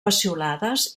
peciolades